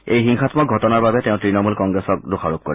এই হিংসাম্মক ঘটনাৰ বাবে তেওঁ তৃণমূল কংগ্ৰেছক দোষাৰোপ কৰে